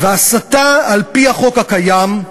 והסתה, על-פי החוק הקיים,